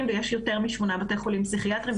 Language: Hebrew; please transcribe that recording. ויש יותר משמונה בתי חולים פסיכיאטריים,